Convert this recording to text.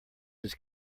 his